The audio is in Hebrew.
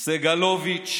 סגלוביץ'